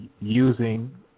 using